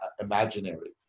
imaginary